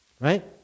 Right